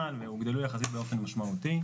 והוגדלו באופן משמעותי.